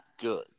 good